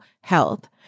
health